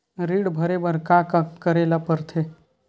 ऋण भरे बर का का करे ला परथे?